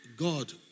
God